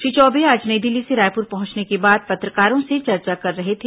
श्री चौबे आज नई दिल्ली से रायपुर पहुंचने के बाद पत्रकारों से चर्चा कर रहे थे